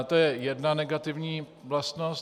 To je jedna negativní vlastnost.